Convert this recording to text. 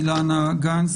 אילנה גנס,